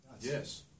Yes